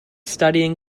studying